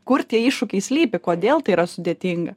kur tie iššūkiai slypi kodėl tai yra sudėtinga